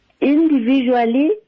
individually